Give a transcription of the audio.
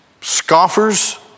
Scoffers